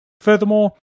Furthermore